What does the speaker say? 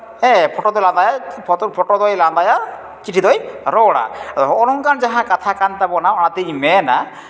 ᱦᱮᱸ ᱯᱷᱳᱴᱳ ᱫᱚᱭ ᱞᱟᱸᱫᱟᱭᱟ ᱯᱷᱳᱴᱳ ᱫᱚᱭ ᱞᱟᱸᱫᱟᱭᱟ ᱪᱤᱴᱷᱤ ᱫᱚᱭ ᱨᱚᱲᱟ ᱱᱚᱜ ᱱᱚᱝᱠᱟᱱ ᱡᱟᱦᱟᱸ ᱠᱟᱛᱷᱟ ᱠᱟᱱ ᱛᱟᱵᱚᱱᱟ ᱚᱱᱟᱛᱤᱧ ᱢᱮᱱᱟ